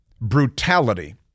brutality